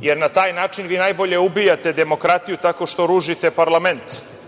jer na taj način vi najbolje ubijate demokratiju tako što ružite parlament